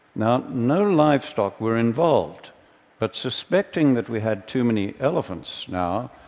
now, no livestock were involved but suspecting that we had too many elephants now,